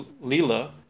lila